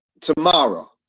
tomorrow